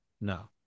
No